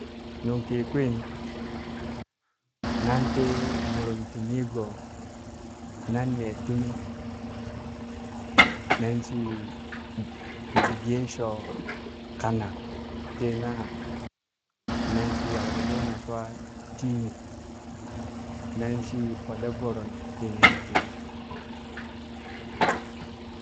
Nung ki kwin nanti vurum ti nigo nan ne tumi, nanshi gesho kanak tiye nana nan shi yekle lona shwa tii mi nanshi fole voro na ti nem tumi.